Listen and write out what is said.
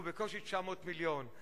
הוא בקושי 900 מיליון.